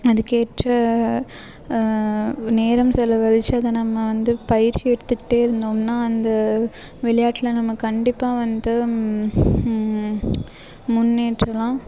அதுக்கு ஏற்ற நேரம் செலவழித்து அதை நம்ம வந்து பயிற்சி எடுத்துக்கிட்டே இருந்தோம்னா அந்த விளையாட்டில் நம்ம கண்டிப்பாக வந்து முன்னேற்றலாம்